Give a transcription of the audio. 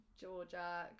Georgia